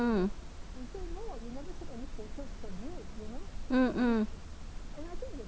mm mm